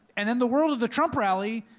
and in the world of the trump rally,